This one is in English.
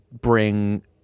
bring